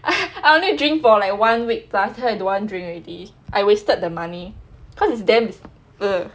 I only drink for like one week plus then I don't want drink already I wasted the money cause it's damn !ee!